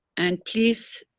and please